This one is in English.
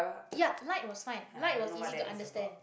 ya light was fine light was easy to understand